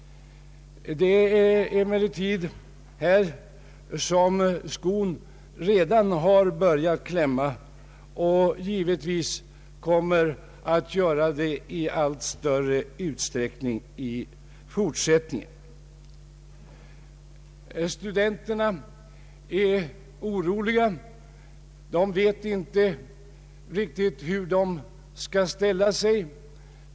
Det är här som skon redan har börjat klämma, och den kommer att göra det i allt större utsträckning i fortsättningen. Studenterna är oroliga; de vet inte riktigt hur de skall ställa sig.